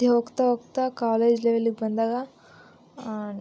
ಹೋಗ್ತಾ ಹೋಗ್ತಾ ಕಾಲೇಜ್ ಲೆವೆಲಿಗೆ ಬಂದಾಗ